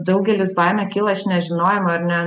daugelis baimė kyla iš nežinojimo ir ne